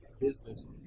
business